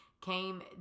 came